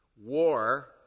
war